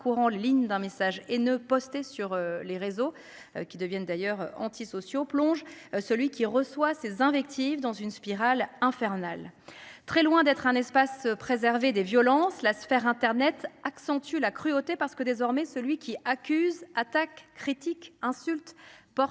parcourant ligne d'un message et ne sur les réseaux qui deviennent d'ailleurs antisociaux plonge celui qui reçoit ces invectives dans une spirale infernale. Très loin d'être un espace préservé des violences la sphère internet accentue la cruauté parce que désormais, celui qui accuse attaque critiques insultes porte